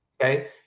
Okay